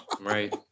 Right